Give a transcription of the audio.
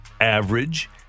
average